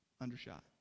Undershot